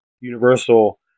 universal